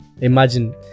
Imagine